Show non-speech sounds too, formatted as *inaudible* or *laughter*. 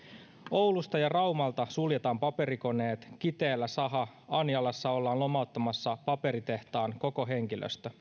oulusta ja raumalta suljetaan paperikoneet kiteellä saha anjalassa ollaan lomauttamassa paperitehtaan koko henkilöstö *unintelligible*